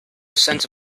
sense